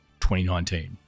2019